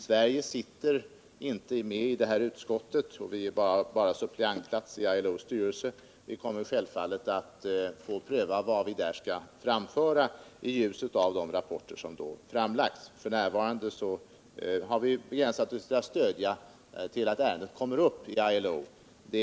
Sverige sitter inte med i detta utskott, och vi har bara suppleantplats i ILO:s styrelse, men vi kommer självfallet att pröva vad vi skall framföra i styrelsen i ljuset av de rapporter som framläggs. F. n. har vi begränsat oss till att stödja kravet att ärendet kommer upp till behandling i ILO.